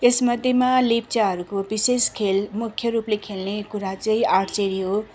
यसमध्येमा लेप्चाहरूको विशेष खेल मुख्य रूपले खेल्ने कुरा चाहिँ आर्चेरी हो